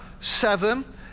Seven